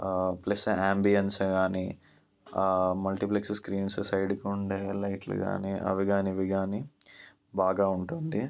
plus ambience కాని multiplex screens సైడ్కు ఉండే లైట్లు కాని అవి కాని ఇవి కాని బాగా ఉంటుంది